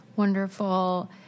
wonderful